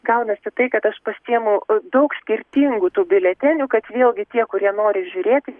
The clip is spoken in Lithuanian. gaunasi tai kad aš pasiimu daug skirtingų tų biuletenių kad vėlgi tie kurie nori žiūrėti